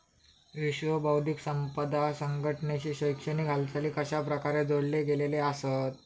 विश्व बौद्धिक संपदा संघटनेशी शैक्षणिक हालचाली कशाप्रकारे जोडले गेलेले आसत?